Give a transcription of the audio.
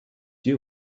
you